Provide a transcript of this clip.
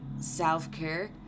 self-care